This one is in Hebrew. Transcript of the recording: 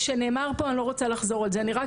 היד קלה על המקלדת,